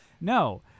No